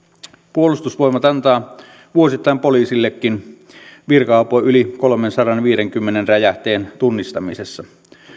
puolustusvoimat antaa vuosittain poliisillekin virka apua yli kolmeensataanviiteenkymmeneen räjähteen tunnistamisessa